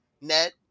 net